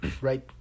right